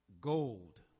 gold